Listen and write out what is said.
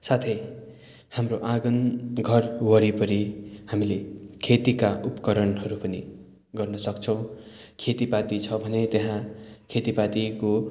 साथै हाम्रो आँगन घर वरिपरि हामीले खेतीका उपकरणहरू पनि गर्न सक्छौँ खेतीपाती छ भने त्यहाँ खेतीपातीको